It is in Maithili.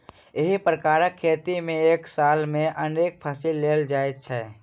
एहि प्रकारक खेती मे एक साल मे अनेक फसिल लेल जाइत छै